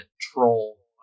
troll